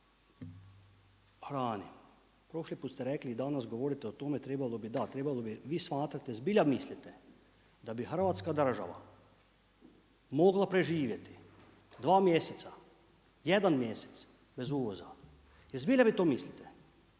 hrani prošli put ste rekli i danas govorite o tome trebalo bi, da trebalo bi. Vi smatrate, zbilja mislite da bi Hrvatska država mogla preživjeti dva mjeseca, jedan mjesec bez uvoza? Vi zbilja to mislite?